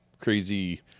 crazy